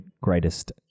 greatest